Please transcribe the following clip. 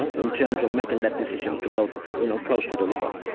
ah in terms of making that decision to go you know close to the river.